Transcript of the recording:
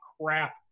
crap